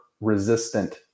resistant